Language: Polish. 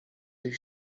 ich